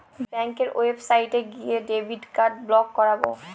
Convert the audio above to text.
ব্যাঙ্কের ওয়েবসাইটে গিয়ে ডেবিট কার্ড ব্লক করাবো